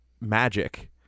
magic